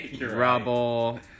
rubble